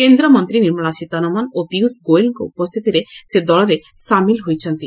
କେନ୍ଦ୍ରମନ୍ତ୍ରୀ ନିର୍ମଳା ସୀତାରମଣ ଓ ପୀୟୁଷ ଗୋଏଲଙ୍କ ଉପସ୍ଥିତିରେ ସେ ଦଳରେ ସାମିଲ ହୋଇଛନ୍ତି